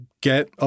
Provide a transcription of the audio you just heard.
get